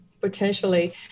potentially